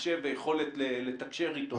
מחשב ויכולת לתקשר איתו.